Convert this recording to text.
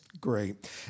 Great